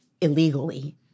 illegally